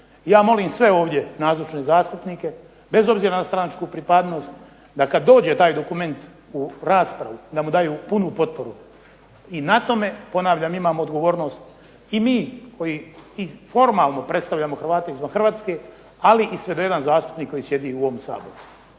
Ja molim sve ovdje nazočne zastupnike, bez obzira na stranačku pripadnost, da kada dođe taj dokument u raspravu da mu daju punu potporu i na tome ponavljam, imamo odgovornost i mi koji formalno predstavljamo Hrvate izvan Hrvatske ali i ... zastupnik koji sjedi u ovom Saboru.